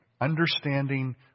Understanding